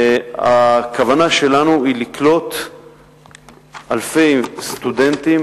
הכוונה שלנו היא לקלוט אלפי סטודנטים